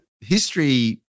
history